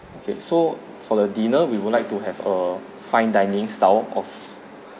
okay so for the dinner we would like to have a fine dining style of